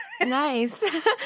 Nice